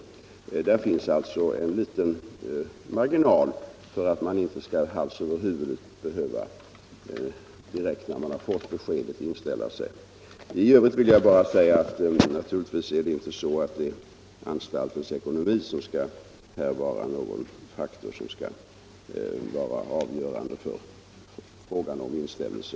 Där finns alltså en liten marginal för att man inte hals över huvud skall behöva inställa sig direkt efter det att man fått beskedet. I övrigt vill jag bara säga att anstaltens ekonomi naturligtvis inte skall vara en avgörande faktor för frågan om inställelse.